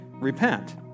repent